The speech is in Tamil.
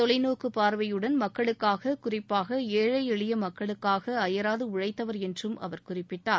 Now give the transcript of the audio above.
தொலைநோக்கு பார்வையுடன் மக்களுக்காக குறிப்பாக ஏழை எளிய மக்களுக்காக அபராது உழைத்தவர் என்றும் அவர் குறிப்பிட்டார்